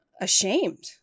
ashamed